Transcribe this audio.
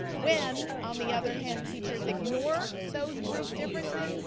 when, on the other hand, teachers ignore those group differences,